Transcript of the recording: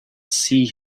see